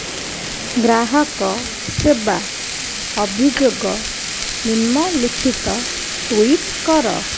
ଗ୍ରାହକ ସେବା ଅଭିଯୋଗ ନିମ୍ନଲିଖିତ ଟ୍ୱିଟ୍ କର